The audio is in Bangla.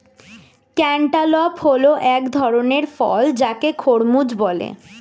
ক্যান্টালপ হল এক ধরণের ফল যাকে খরমুজ বলে